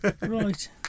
Right